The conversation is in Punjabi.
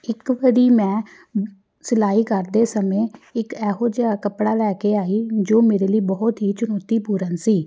ਇੱਕ ਵਾਰੀ ਮੈਂ ਸਿਲਾਈ ਕਰਦੇ ਸਮੇਂ ਇੱਕ ਇਹੋ ਜਿਹਾ ਕੱਪੜਾ ਲੈ ਕੇ ਆਈ ਜੋ ਮੇਰੇ ਲਈ ਬਹੁਤ ਹੀ ਚੁਣੌਤੀਪੂਰਨ ਸੀ